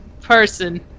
person